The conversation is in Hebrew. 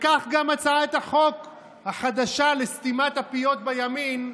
וכך גם הצעות החוק החדשה לסתימת הפיות בימין,